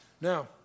Now